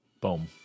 Boom